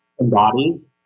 embodies